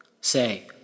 Say